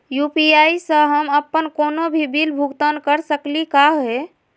UPI स हम अप्पन कोनो भी बिल भुगतान कर सकली का हे?